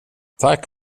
tack